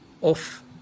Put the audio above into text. off